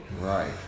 right